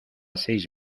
seis